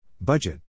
Budget